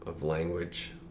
language